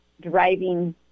driving